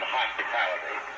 hospitality